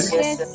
Yes